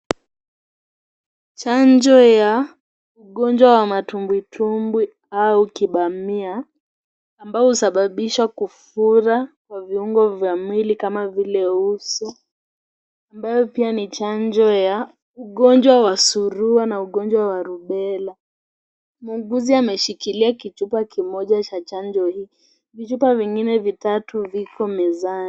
Chanjo ya ugonjwa wa matumbwitumbwi au kibamia ambao husababisha kufura kwa viungo vya mwili kama vile uso ambayo pia ni chanjo ya suruwa na ugonjwa wa rubella. Muuguzi ameshikilia kichupa kimoja cha chanjo hii. Vichupa vingine vitatu viko mezani.